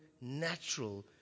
natural